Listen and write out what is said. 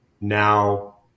Now